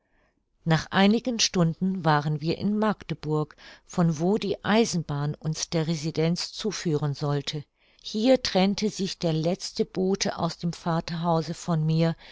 nach einigen stunden waren wir in magdeburg von wo die eisenbahn uns der residenz zuführen sollte hier trennte sich der letzte bote aus dem vaterhause von mir